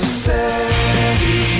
city